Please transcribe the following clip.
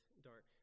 dark